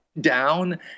down